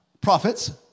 prophets